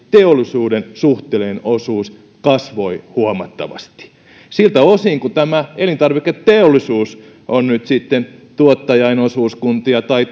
teollisuuden suhteellinen osuus kasvoi huomattavasti siltä osin kuin tämä elintarviketeollisuus on nyt sitten tuottajain osuuskuntia tai